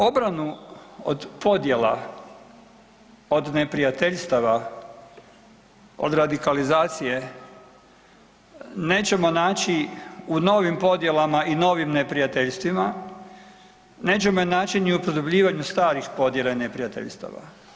Obranu od podjela, od neprijateljstava, od radikalizacije nećemo naći u novim podjelama i novim neprijateljstvima, nećemo naći ni u produbljivanju starih podjela i neprijateljstava.